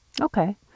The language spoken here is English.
Okay